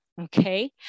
okay